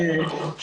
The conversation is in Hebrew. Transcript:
נכון.